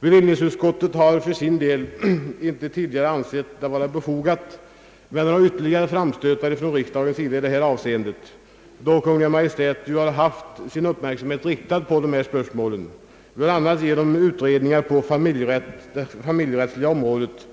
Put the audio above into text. Bevillningsutskottet har för sin del inte tidigare ansett det vara befogat med dessa ytterligare framstötar. Kungl. Maj:t har ju haft sin uppmärksamhet riktad på dessa spörsmål bl.a. genom utredningar på det familjerättsliga området.